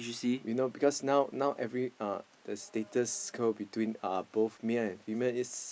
you know because now now every uh the status quo between uh male and female is